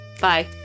Bye